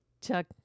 Chuck